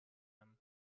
him